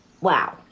Wow